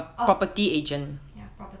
orh ya property